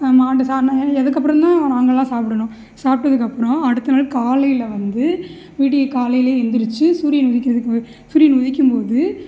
மாட்டு சாணம் அதுக்கு அப்புறம் தான் நாங்களெலாம் சாப்பிடணும் சாப்பிட்டதுக்கு அப்புறம் அடுத்த நாள் காலையில் வந்து விடியற் காலையில் எழுந்திரிச்சி சூரியன் உதிக்கிறதுக்கு சூரியன் உதிக்கும் போது